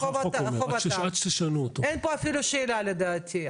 עכשיו יש מלחמה,